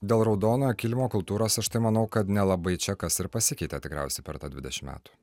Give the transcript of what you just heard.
dėl raudono kilimo kultūros aš tai manau kad nelabai čia kas ir pasikeitė tikriausiai per tą dvidešimt metų